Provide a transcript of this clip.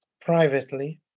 privately